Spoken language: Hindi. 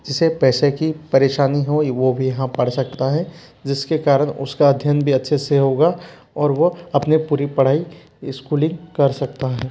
जिसे पैसे की परेशानी हो वह भी यहाँ पढ़ सकता है जिसके कारण उसका अध्ययन भी अच्छे से होगा और वह अपने पूरी पढ़ाई स्कूलिंग कर सकता है